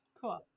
Cool